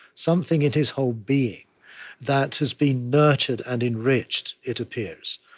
something in his whole being that has been nurtured and enriched, it appears,